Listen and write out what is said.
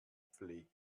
pflege